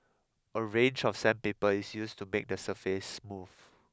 a range of sandpaper is used to make the surface smooth